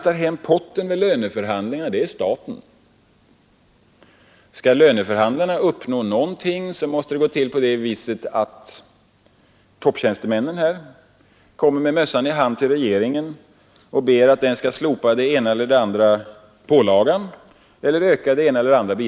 Motiven för en sådan granskning förstärks av att det under några veckor har drivits en debatt om hur man via den offentliga sektorn skall kunna nyanställa bort alla sysselsättningssvårigheter.